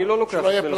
אני לא לוקח את מלאכתו.